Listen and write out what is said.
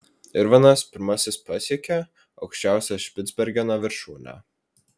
irvinas pirmasis pasiekė aukščiausią špicbergeno viršūnę